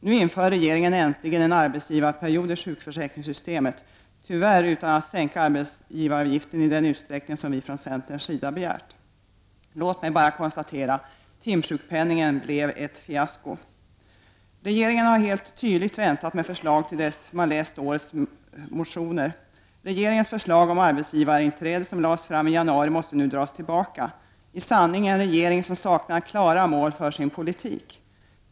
Nu inför regeringen äntligen en arbetsgivarperiod i sjukförsäkringssystemet, tyvärr utan att sänka arbetsgivaravgiften i den utsträckning som vi från centerns sida begärt. Låt mig bara konstatera: Timsjukpenningen blev ett fiasko. Regeringen har helt tydligt väntat med förslaget till dess man läst årets motioner. Regeringens förslag om arbetsgivarinträde, som lades fram i januari, måste nu dras tillbaka. I sanning en regering som saknar klara mål för sin politik!